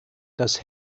das